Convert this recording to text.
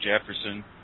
Jefferson